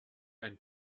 ein